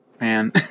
Man